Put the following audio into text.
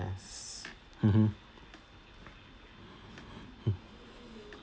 mmhmm hmm